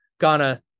Ghana